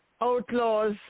outlaws